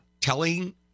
telling